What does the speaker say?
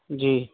جی